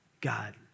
God